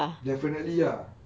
definitely ah